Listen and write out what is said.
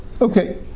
Okay